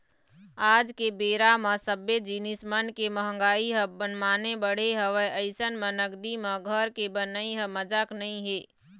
आज के बेरा म सब्बे जिनिस मन के मंहगाई ह मनमाने बढ़े हवय अइसन म नगदी म घर के बनई ह मजाक नइ हे